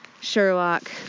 Sherlock